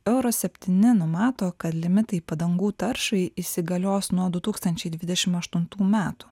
euro septyni numato kad limitai padangų taršai įsigalios nuo du tūkstančiai dvidešim aštuntų metų